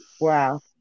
Wow